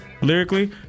lyrically